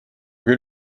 küll